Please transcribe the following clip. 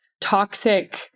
toxic